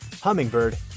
Hummingbird